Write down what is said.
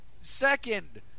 Second